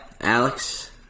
Alex